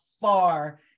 far